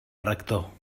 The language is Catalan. rector